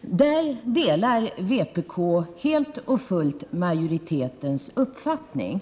det avseendet delar vpk helt och fullt majoritetens uppfattning.